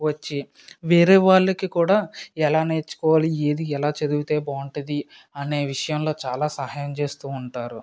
వచ్చి వేరే వాళ్ళకు కూడా ఎలా నేర్చుకోవాలి ఏది ఎలా చదివితే బాగుంటుంది అనే విషయంలో చాలా సహాయం చేస్తు ఉంటారు